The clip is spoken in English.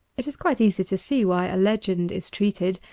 it is quite easy to see why a legend is treated,